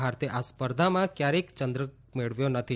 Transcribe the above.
ભારતે આ સ્પર્ધામાં કયારેય ચંદ્રક મેળવ્યો નથી